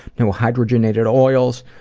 no hydrogenated oils,